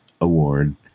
Award